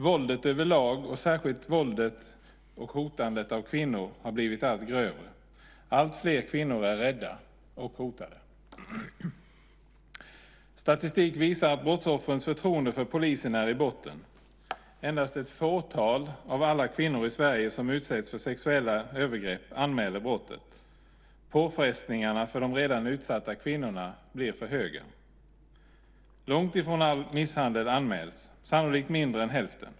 Våldet överlag och särskilt våldet mot och hotandet av kvinnor har blivit allt grövre. Alltfler kvinnor är rädda och hotade. Statistik visar att brottsoffrens förtroende för polisen är i botten. Endast ett fåtal av alla kvinnor i Sverige som utsätts för sexuella övergrepp anmäler brottet. Påfrestningarna för de redan utsatta kvinnorna blir för höga. Långt ifrån all misshandel anmäls, sannolikt mindre än hälften.